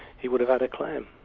he would have had a claim.